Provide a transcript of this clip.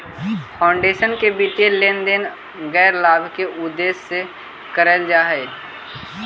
foundation के वित्तीय लेन देन गैर लाभ के उद्देश्य से कईल जा हई